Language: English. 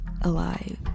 alive